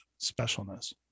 specialness